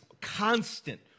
constant